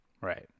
Right